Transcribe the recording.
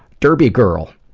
derby girl.